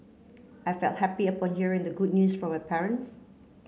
I felt happy upon hearing the good news from my parents